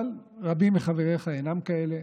אבל רבים מחבריך אינם כאלה,